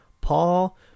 Paul